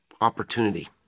opportunity